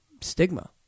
stigma